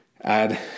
add